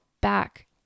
back